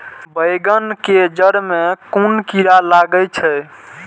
बेंगन के जेड़ में कुन कीरा लागे छै?